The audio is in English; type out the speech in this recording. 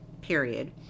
period